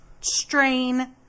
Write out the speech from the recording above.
strain